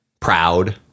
proud